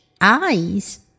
Eyes